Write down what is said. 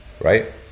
right